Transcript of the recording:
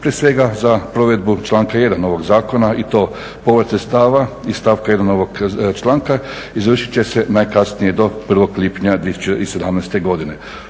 Prije svega za provedbu članka 1. ovog zakona i to povrat sredstava iz stavka 1 ovog članka izvršit će se najkasnije do 01. lipnja 2017. godine.